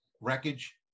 wreckage